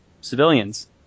civilians